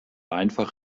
einfach